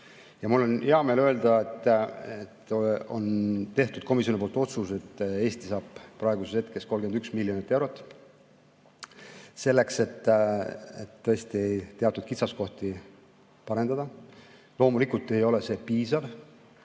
Ja mul on hea meel öelda, et komisjonis on tehtud otsus, et Eesti saab praeguses hetkes 31 miljonit eurot selleks, et tõesti teatud kitsaskohti parendada. Loomulikult ei ole see piisav,